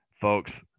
Folks